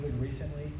recently